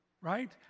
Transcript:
right